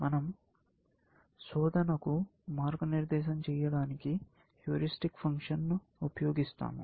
మన০ శోధనకు మార్గనిర్దేశం చేయడానికి హ్యూరిస్టిక్ ఫంక్షన్ ఉపయోగిస్తాము